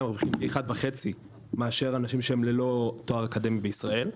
מרוויחים פי 1.5 מאשר אנשים שהם ללא תואר אקדמי בישראל.